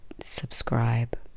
subscribe